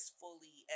fully